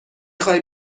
خوای